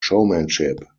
showmanship